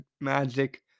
magic